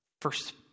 first